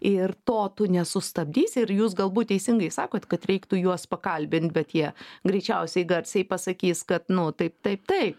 ir to nesustabdys ir jūs galbūt teisingai sakot kad reiktų juos pakalbint bet jie greičiausiai garsiai pasakys kad nu taip taip taip